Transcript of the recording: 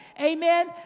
amen